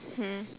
mm